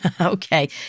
Okay